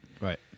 Right